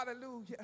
Hallelujah